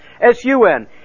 S-U-N